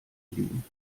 liegen